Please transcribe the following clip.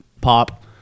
pop